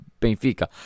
Benfica